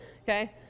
okay